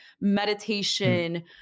meditation